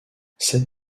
cette